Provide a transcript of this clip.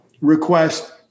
request